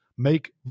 make